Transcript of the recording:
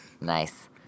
Nice